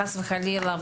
חס וחלילה,